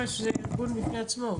מח"ש זה ארגון בפני עצמו,